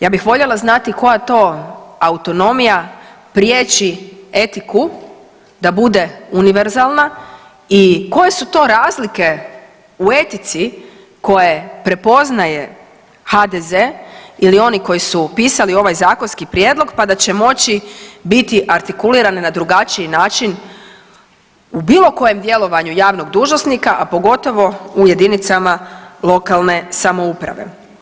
Ja bi voljela znati koja to autonomija prijeći etiku da bude univerzalna i koje su to razlike u etici koje prepoznaje HDZ ili oni koji su pisali ovaj Zakonski prijedlog pa da će moći biti artikulirane na drugačiji način u bilo kojem djelovanju javnog dužnosnika a pogotovo u Jedinicama lokalne samouprave.